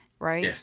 Right